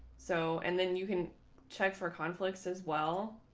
so and then you can check for conflicts as well.